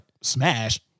Smash